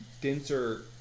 denser